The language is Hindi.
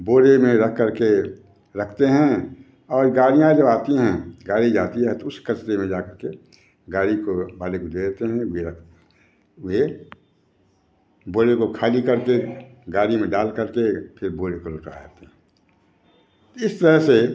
बोरे में रखकर के रखते हैं और गाड़ियाँ जो आती हैं गाड़ी जाती है तो उस कचरे में जाकर के गाड़ी को मालिक को दे देते हैं वे रख वे बोरे को खाली करके गाड़ी में डालकर के फिर बोरे को लेकर आ जाते हैं इस तरह से